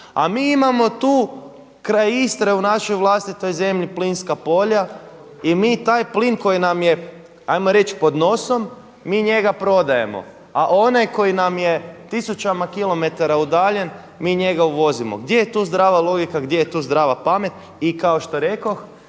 A mi imamo tu kraj Istre u našoj vlastitoj zemlji plinska polja i mi taj plin koji nam je ajmo reći pod nosom, mi njega prodajemo, a onaj koji nam je tisućama kilometara udalje mi njega uvozimo. Gdje je tu zdrava logika, gdje je stu zdrava pamet? I kao što rekoh